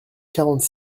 quarante